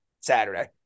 Saturday